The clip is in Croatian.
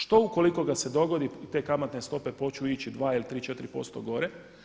Što ukoliko se dogodi i te kamatne stope počnu ići, 2 ili 3, 4% gore?